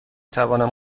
توانم